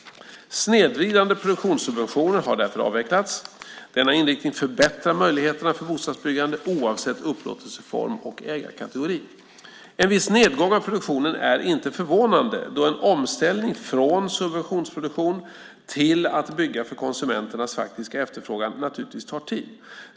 Snedvridande produktionssubventioner har därför avvecklats. Denna inriktning förbättrar möjligheterna för bostadsbyggande oavsett upplåtelseform och ägarkategori. En viss nedgång av produktionen är inte förvånande då en omställning från subventionsproduktion till att bygga för konsumenternas faktiska efterfrågan naturligtvis tar tid.